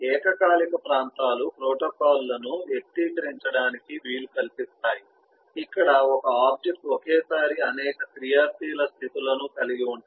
ఏకకాలిక ప్రాంతాలు ప్రోటోకాల్లను వ్యక్తీకరించడానికి వీలు కల్పిస్తాయి ఇక్కడ ఒక ఆబ్జెక్ట్ ఒకేసారి అనేక క్రియాశీల స్థితులను కలిగి ఉంటుంది